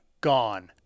gone